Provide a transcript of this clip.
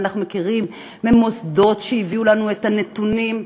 אנחנו מכירים ממוסדות שהביאו לנו את הנתונים.